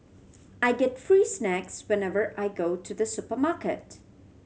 I get free snacks whenever I go to the supermarket